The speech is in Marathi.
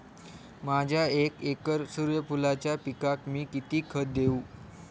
माझ्या एक एकर सूर्यफुलाच्या पिकाक मी किती खत देवू?